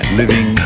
living